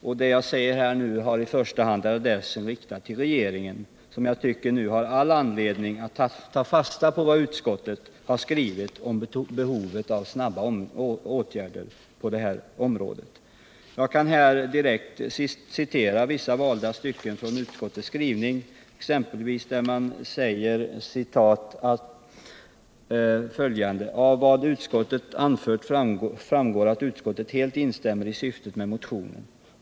Vad jag nu säger är i första hand riktat till regeringen, som jag tycker har all anledning ta fasta på vad utskottet har skrivit om behovet av snabba åtgärder på detta område. Jag kan här direkt citera vissa valda stycken ur utskottets skrivning, t.ex. följande: ”Av vad utskottet anfört framgår att utskottet helt instämmer i syftet med motionen.